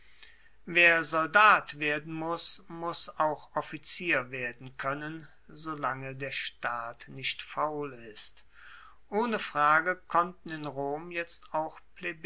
wer soldat werden muss muss auch offizier werden koennen solange der staat nicht faul ist ohne frage konnten in rom jetzt auch